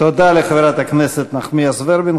תודה לחברת הכנסת נחמיאס ורבין.